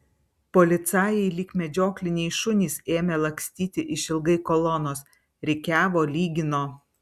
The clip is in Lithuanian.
policajai lyg medžiokliniai šunys ėmė lakstyti išilgai kolonos rikiavo lygino